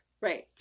Right